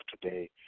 today